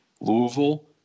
Louisville